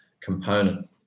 component